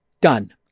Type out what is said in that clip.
done